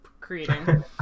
creating